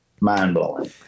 mind-blowing